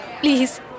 Please